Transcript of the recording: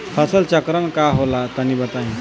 फसल चक्रण का होला तनि बताई?